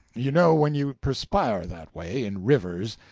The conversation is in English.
you know, when you perspire that way, in rivers,